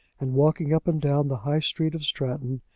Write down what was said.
and walking up and down the high street of stratton,